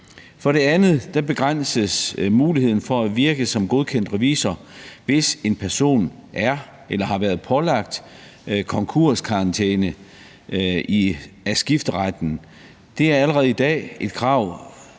For det andet begrænses mulighederne for at virke som godkendt revisor, hvis en person er eller har været pålagt konkurskarantæne af skifteretten. Det er allerede i dag et krav